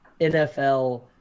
NFL